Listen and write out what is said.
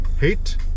hate